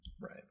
right